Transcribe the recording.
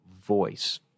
voice